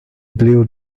blew